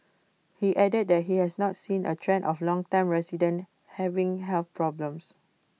he added that he has not seen A trend of longtime residents having health problems